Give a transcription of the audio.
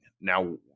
now